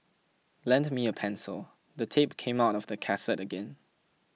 lend me a pencil the tape came out of the cassette again